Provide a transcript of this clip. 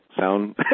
sound